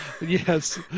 yes